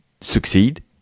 succeed